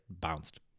bounced